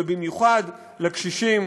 ובמיוחד לקשישים